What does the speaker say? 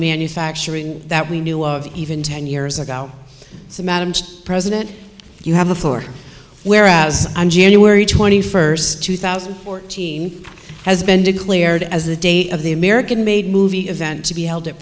manufacturing that we knew of even ten years ago so madam president you have a floor whereas on january twenty first two thousand fourteen has been declared as the date of the american made movie event to be held at